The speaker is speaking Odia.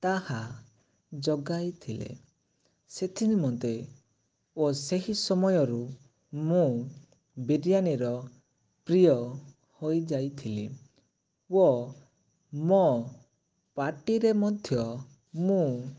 ତାହା ଜଗାଇ ଥିଲେ ସେଥି ନିମନ୍ତେ ୱ ସେହି ସମୟରୁ ମୁଁ ବିରିୟାନୀର ପ୍ରିୟ ହୋଇଯାଇଥିଲି ୱ ମୋ ପାର୍ଟିରେ ମଧ୍ୟ ମୁଁ